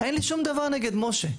אין לי שום דבר נגד משה,